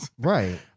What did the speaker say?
Right